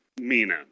Mina